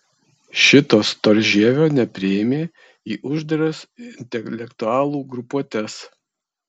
šito storžievio nepriėmė į uždaras intelektualų grupuotes